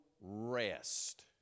rest